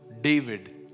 David